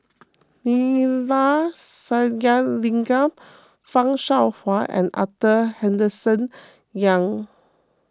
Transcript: Neila Sathyalingam Fan Shao Hua and Arthur Henderson Young